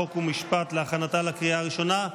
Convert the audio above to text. חוק ומשפט להכנתה לקריאה הראשונה.